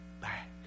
back